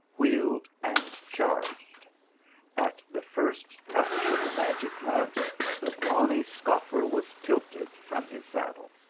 wheeled, and charged at the first touch of the magic lance the brawny scoffer was tilted from his saddle.